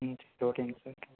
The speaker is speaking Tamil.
ம் சரி ஒகேங்க சார்